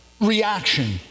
reaction